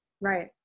Right